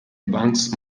banks